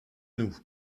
nous